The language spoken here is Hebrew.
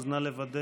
אז נא לוודא